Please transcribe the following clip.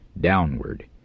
downward